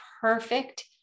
perfect